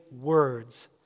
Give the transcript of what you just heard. words